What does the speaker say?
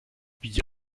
wie